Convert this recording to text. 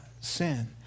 sin